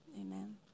Amen